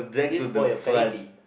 this boy a baby